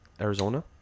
Arizona